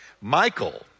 Michael